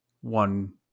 one